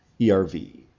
ERV